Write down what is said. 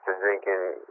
drinking